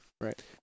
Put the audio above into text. Right